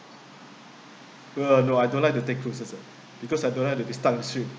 uh no I don't like to take cruises uh because I don't have to be stang siew